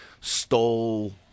stole